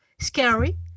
scary